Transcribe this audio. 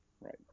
right